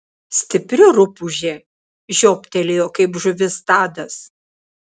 stipri rupūžė žiobtelėjo kaip žuvis tadas